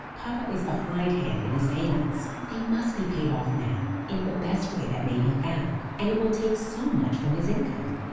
papa is behindhand in his payments. they must be paid off now in the best way that may be found and it will take so much from his income.